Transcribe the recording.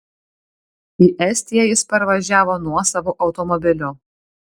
į estiją jis parvažiavo nuosavu automobiliu